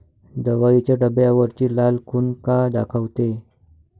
दवाईच्या डब्यावरची लाल खून का दाखवते?